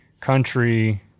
country